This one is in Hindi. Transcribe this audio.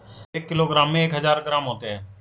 एक किलोग्राम में एक हजार ग्राम होते हैं